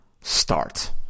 start